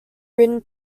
written